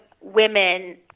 women